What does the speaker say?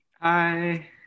Hi